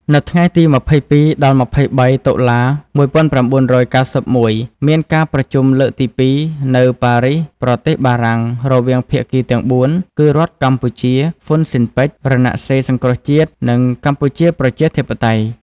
នៅថ្ងៃទី២២ ដល់ ២៣ តុលា ១៩៩១ មានការប្រជុំលើកទី២ នៅប៉ារីស ប្រទេសបារាំង រវាងភាគីទាំង៤ គឺ រដ្ឋកម្ពុជា ហ៊ុនស៊ិនប៉ិច រណសិរ្សសង្គ្រោះជាតិ និងកម្ពុជាប្រជាធិបតេយ្យ។